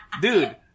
Dude